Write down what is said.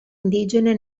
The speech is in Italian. indigene